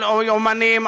על אומנים,